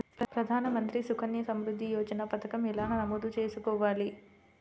ప్రధాన మంత్రి సుకన్య సంవృద్ధి యోజన పథకం ఎలా నమోదు చేసుకోవాలీ?